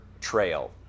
trail